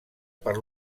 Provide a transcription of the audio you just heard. per